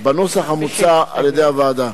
בנוסח המוצע על-ידי הוועדה.